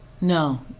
No